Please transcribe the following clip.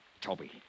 Toby